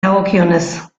dagokionez